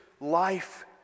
life